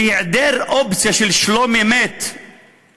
בהיעדר אופציה של שלום אמת,